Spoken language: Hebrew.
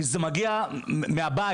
כי זה מגיע מהבית.